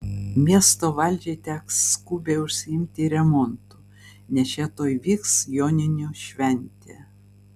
miesto valdžiai teks skubiai užsiimti remontu nes čia tuoj vyks joninių šventė